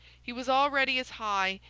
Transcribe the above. he was already as high,